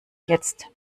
jetzt